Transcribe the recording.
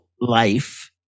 life